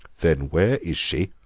then where is she,